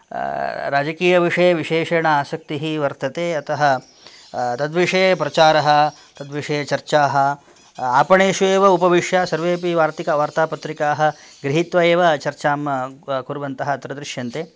राजकीयविषये विशेषेण आसक्तिः वर्तते अतः तद्विषये प्रचारः तद्विषये चर्चाः आपणेषु एव उपविश्य सर्वेपि वार्तिक वार्तापत्रिकाः गृहीत्व एव चर्चां कुर्वन्तः अत्र दृश्यन्ते